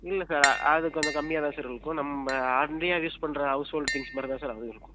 இல்லை சார் அது கொஞ்சம் கம்மியாக தான் சார் இருக்கும் நம்ம ஆட்னரியாக யூஸ் பண்ணுற ஹவுஸ்ஹோல்ட் திங்க்ஸ் மாதிரி தான் சார் அதுவும் இருக்கும்